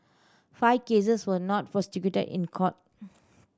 five cases were not prosecuted in court